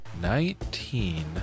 Nineteen